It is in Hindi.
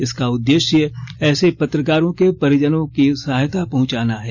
इसका उद्देश्य ऐसे पत्रकारों के परिजनों को सहायता पहुंचाना है